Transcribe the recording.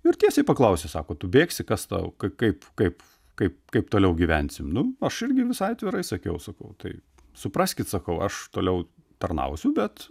ir tiesiai paklausė sako tu bėgsi kas tau kaip kaip kaip kaip toliau gyvensim nu aš irgi visai atvirai sakiau sakau tai supraskit sakau aš toliau tarnausiu bet